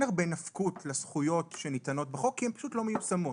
הרבה נפקות לזכויות שניתנות בחוק כי הן פשוט לא מיושמות.